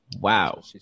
wow